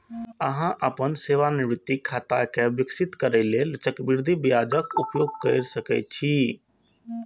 अहां अपन सेवानिवृत्ति खाता कें विकसित करै लेल चक्रवृद्धि ब्याजक उपयोग कैर सकै छी